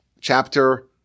chapter